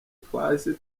twahise